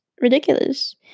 ridiculous